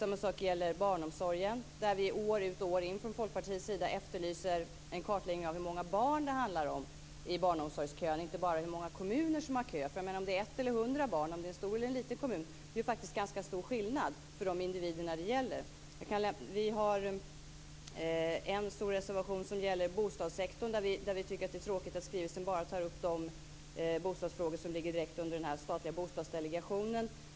Samma sak gäller barnomsorgen där vi år ut och år in från Folkpartiets sida efterlyser en kartläggning av hur många barn det handlar om i barnomsorgskön, inte bara hur många kommuner som har kö. Om det är ett eller hundra barn, om det är en stor eller en liten kommun menar jag faktiskt är en ganska stor skillnad för de individer det gäller. Vi har en stor reservation som gäller bostadssektorn, där vi tycker att det är tråkigt att skrivelsen bara tar upp de bostadsfrågor som ligger direkt under den statliga bostadsdelegationen.